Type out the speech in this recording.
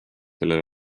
kellel